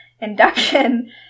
Induction